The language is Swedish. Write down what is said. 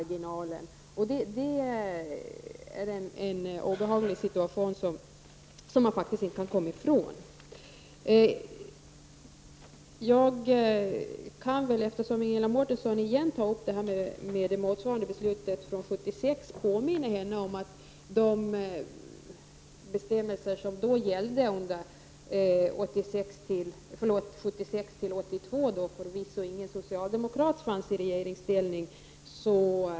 Det är en obehaglig situation som vi faktiskt inte kan komma ifrån. Eftersom Ingela Mårtensson åter berör motsvarande beslut från 1976 kan jag väl påminna henne om att det under åren 1976-82, då dessa bestämmelser gällde, förvisso inte fanns någon socialdemokrat i regeringsställning.